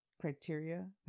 criteria